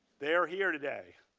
they are here today.